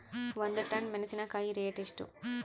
ಒಂದು ಟನ್ ಮೆನೆಸಿನಕಾಯಿ ರೇಟ್ ಎಷ್ಟು?